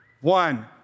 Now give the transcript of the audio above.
one